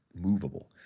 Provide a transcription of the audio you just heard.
movable